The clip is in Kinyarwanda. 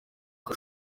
uko